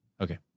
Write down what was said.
Okay